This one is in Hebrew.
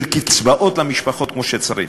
של קצבאות למשפחות כמו שצריך.